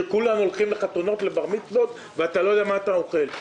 כאשר כולם הולכים לחתונות ולבר מצוות ואתה לא יודע מה אתה אוכל.